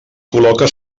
col·loca